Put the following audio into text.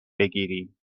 بگیریم